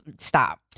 stop